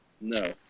No